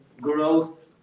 growth